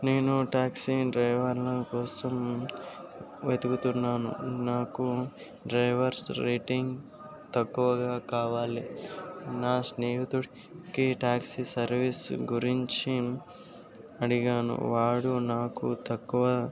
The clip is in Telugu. నేను టాక్సీ డ్రైవర్ల కోసం వెతుకుతున్నాను నాకు డ్రైవర్స్ రేటింగ్ తక్కువగా కావాలి నా స్నేహితుడికి టాక్సీ సర్వీస్ గురించి అడిగాను వాడు నాకు తక్కువ